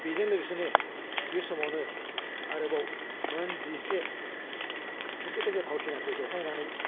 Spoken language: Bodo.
बेजों लोगोसेनो बे समावनो आरोबाव मोन जिसे खिन्थिगासे भावथिनाखौ जथायनानै